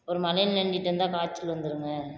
அப்புறோம் மழையில நனஞ்சிட்டு வந்தால் காய்ச்சல் வந்துடுங்க